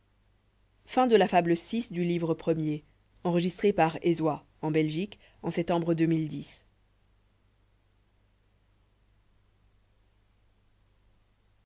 la fable de